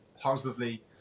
positively